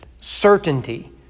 certainty